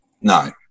No